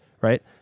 right